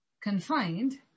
Confined